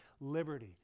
liberty